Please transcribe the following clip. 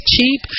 cheap